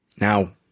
Now